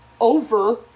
over